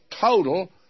total